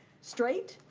straight,